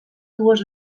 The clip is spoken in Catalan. dues